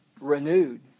renewed